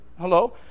Hello